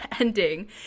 ending